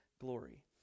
glory